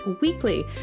weekly